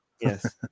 Yes